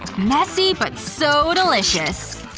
messy but so delicious!